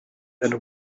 and